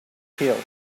hill